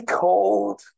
cold